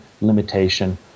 limitation